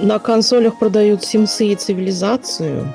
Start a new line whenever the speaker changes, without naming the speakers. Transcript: На консолях продают Симсы и Цивилизацию.